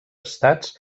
estats